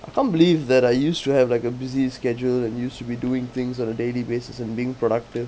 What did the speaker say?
I can't believe that I used to have like a busy schedule and used to be doing things on a daily basis and being productive